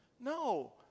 No